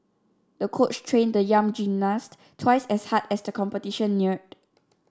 the coach trained the young gymnast twice as hard as the competition neared